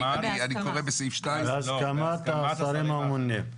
כי אני קורא בסעיף 2. בהסכמת השרים הממונים.